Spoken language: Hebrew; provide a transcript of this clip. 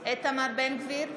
איתמר בן גביר,